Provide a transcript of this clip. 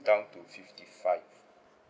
down to fifty five